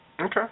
Okay